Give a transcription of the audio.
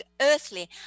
earthly